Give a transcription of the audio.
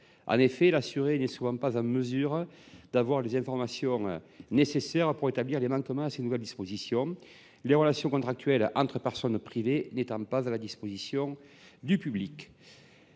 concrètement. L’assuré n’est souvent pas en mesure de disposer des informations nécessaires permettant d’établir les manquements aux nouvelles dispositions, les relations contractuelles entre personnes privées n’étant pas à la disposition du public.